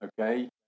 okay